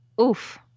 oof